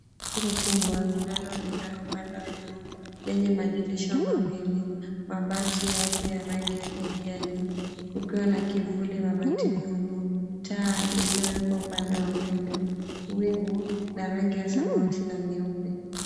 Jengo kubwa linalonekana upande wa juu lenye madirisha mawili. Mabati yake ya rangi ya kijani. Kukiwa na kivuli mabatini humo. Taa iliyowekwa upande wa mbele. Wingu la rangi ya samawati na nyeupe.